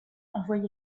envoyait